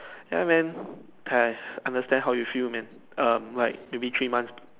ya man ca~ I understand how you feel man um like maybe three months